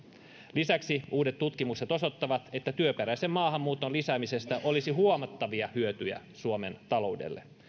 lisäksi uudet tutkimukset osoittavat että työperäisen maahanmuuton lisäämisestä olisi huomattavia hyötyjä suomen taloudelle